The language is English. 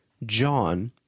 John